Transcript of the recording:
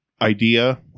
idea